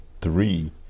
three